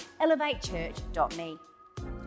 elevatechurch.me